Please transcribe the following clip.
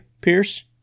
Pierce